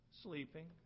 Sleeping